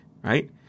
right